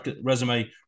resume